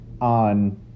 on